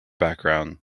background